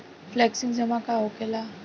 Flexi जमा का होखेला?